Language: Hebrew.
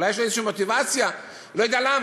אולי יש לו מוטיבציה, אני לא יודע למה.